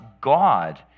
God